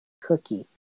Cookie